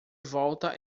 volta